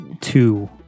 two